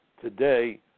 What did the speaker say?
Today